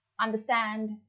understand